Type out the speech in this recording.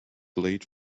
late